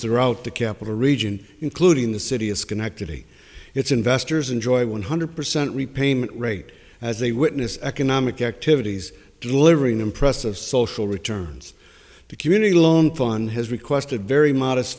throughout the capital region including the city as connectivity its investors enjoy one hundred percent repayment rate as a witness economic activities delivering impressive social returns to community loan fund has requested very modest